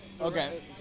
Okay